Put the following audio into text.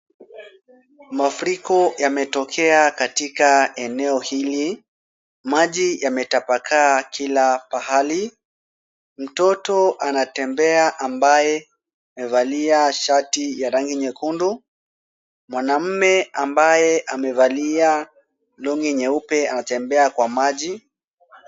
Mafuriko yametokea katika eneo hili. Maji yametapakaa kila pahali. Mtoto anatembea ambaye amevalia shati ya rangi nyekundu. Mwanamume ambaye amevalia long'i nyeupe anatembea kwa maji.